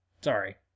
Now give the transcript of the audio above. sorry